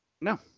No